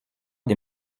des